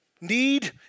Need